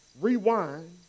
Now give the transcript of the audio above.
Rewind